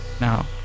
Now